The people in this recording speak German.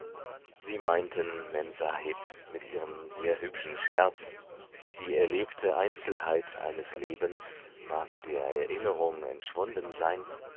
sie meinten memsahib mit ihrem sehr hübschen scherz die erlebte einzelheit eines lebens mag der erinnerung entschwunden sein